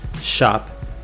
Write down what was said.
shop